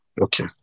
Okay